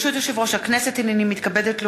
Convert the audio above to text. ברשות יושב-ראש הכנסת, הנני מתכבדת להודיעכם,